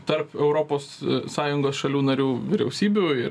tarp europos sąjungos šalių narių vyriausybių ir